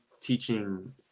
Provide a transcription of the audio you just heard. teaching